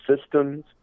systems